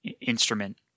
instrument